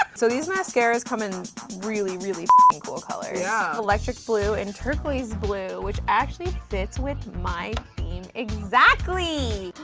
so these mascaras come in really really cool colors. yeah. electric blue and turquoise blue, which actually fits with my theme exactly.